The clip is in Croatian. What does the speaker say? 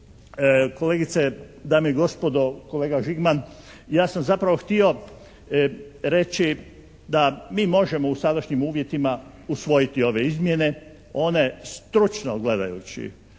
Kolegice, dame i gospodo, kolega Žigman ja sam zapravo htio reći da mi možemo u sadašnjim uvjetima usvojiti ove izmjene, one stručno gledajući